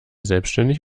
selbstständig